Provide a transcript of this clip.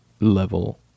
level